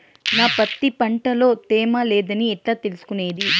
నా పత్తి పంట లో తేమ లేదని ఎట్లా తెలుసుకునేది?